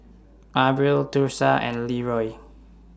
Abril Thursa and Leroy